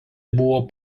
buvo